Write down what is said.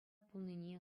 пулнине